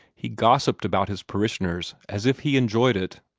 he gossiped about his parishioners as if he enjoyed it.